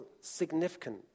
significant